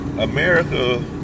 America